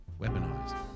Weaponized